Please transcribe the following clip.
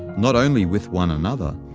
not only with one another,